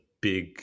big